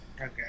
okay